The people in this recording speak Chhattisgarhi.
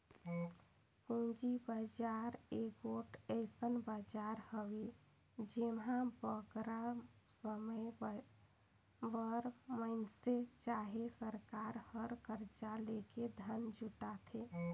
पूंजी बजार एगोट अइसन बजार हवे जेम्हां बगरा समे बर मइनसे चहे सरकार हर करजा लेके धन जुटाथे